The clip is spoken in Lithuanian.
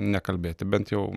nekalbėti bent jau